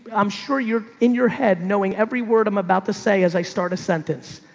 i'm sure you're in your head knowing every word i'm about to say. as i start a sentence,